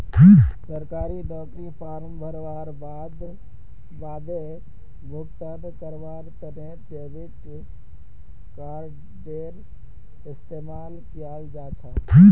सरकारी नौकरीर फॉर्म भरवार बादे भुगतान करवार तने डेबिट कार्डडेर इस्तेमाल कियाल जा छ